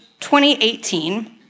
2018